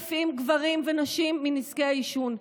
8,000 גברים ונשים מנזקי העישון.